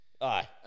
Aye